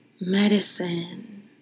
medicine